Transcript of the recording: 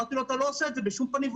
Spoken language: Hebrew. אמרתי לו: אתה לא עושה את זה בשום ואופן.